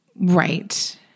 Right